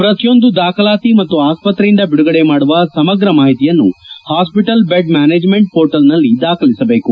ಪ್ರತಿಯೊಂದು ದಾಖಲಾತಿ ಮತ್ತು ಆಸ್ಪತ್ರೆಯಿಂದ ಬಿಡುಗಡೆ ಮಾಡುವ ಸಮಗ್ರ ಮಾಹಿತಿಯನ್ನು ಹಾಸ್ವಿಟಲ್ ಬೆಡ್ ಮ್ನಾನೆಜ್ಮೆಂಟ್ ಪೋರ್ಟಲ್ನಲ್ಲಿ ದಾಖಲಿಸಬೇಕು